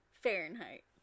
Fahrenheit